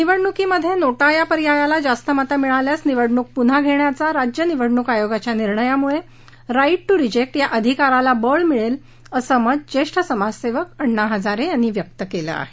निवडणूकीमध्ये NOTA या पर्यायाला जास्त मतं मिळाल्यास निवडणूक पुन्हा घेण्याच्या राज्य निवडणूक आयोगाच्या निर्णयामुळे राईट टू रिजेक्ट या अधिकाराला बळ मिळेल असं मत ज्येष्ठ समाजसेवक अण्णा हजारे यांनी व्यक्त केलं आहे